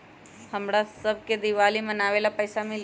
हमरा शव के दिवाली मनावेला पैसा मिली?